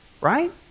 Right